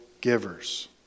givers